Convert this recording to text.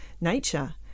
nature